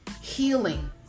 healing